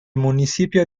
municipio